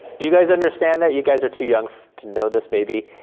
do you guys understand that? you guys are too young to know this, maybe,